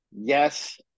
yes